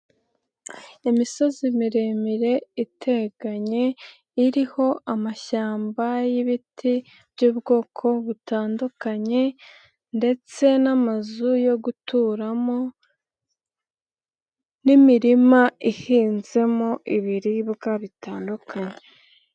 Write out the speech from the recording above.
Imisozi miremire iteganye, iriho amashyamba y'ibiti by'ubwoko butandukanye ndetse n'amazu yo guturamo n'imirima ihinzemo ibiribwa bitandukanye.